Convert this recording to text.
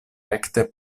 rekte